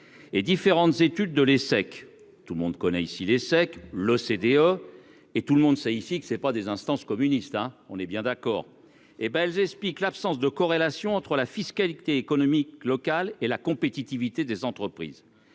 et différentes études, de l'Essec, tout le monde connaît, ici les l'OCDE et tout le monde sait ici que c'est pas des instances communiste, hein, on est bien d'accord, hé ben elles expliquent l'absence de corrélation entre la fiscalité économique local et la compétitivité des entreprises,